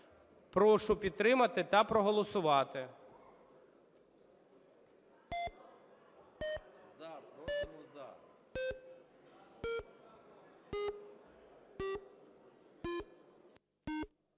Прошу підтримати та проголосувати.